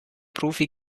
profi